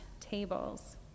tables